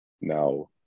Now